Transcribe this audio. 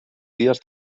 dies